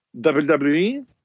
WWE